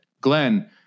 Glenn